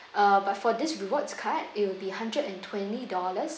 uh but for this rewards card it will be hundred and twenty dollars